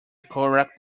correct